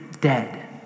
dead